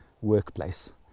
workplace